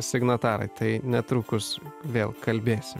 signatarai tai netrukus vėl kalbėsim